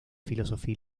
filosofía